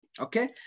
Okay